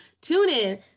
tune-in